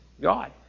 God